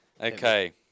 Okay